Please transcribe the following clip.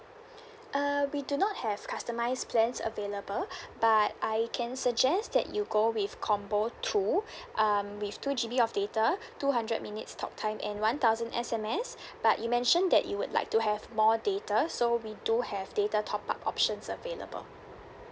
uh we do not have customised plans available but I can suggest that you go with combo two um with two G_B of data two hundred minutes talk time and one thousand S_M_S but you mentioned that you would like to have more data so we do have data top up options available